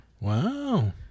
Wow